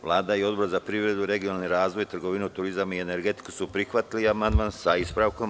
Vlada i Odbor za privredu, regionalni razvoj, trgovinu, turizam i energetiku su prihvatili amandman sa ispravkom.